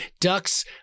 ducks